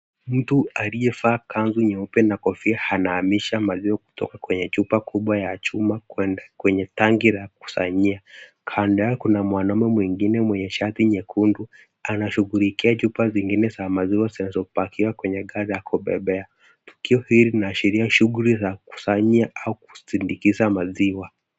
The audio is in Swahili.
Mtu aliyevaa kanzu nyeupe na kofia ana hamisha maziwa kutoka kwenye chupa kubwa ya chuma kwenda kwenye tangi la kusanyia. Kando yao kuna mwanaume mwingine mwenye shati nyekundu anashughulikia chupa zingine za maziwa zinazopakiwa kwenye gari la kubebea. Tukio hili linaashiria shughuli za kusanyia au kusindikiza maziwa.